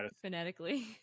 phonetically